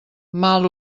mal